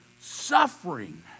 suffering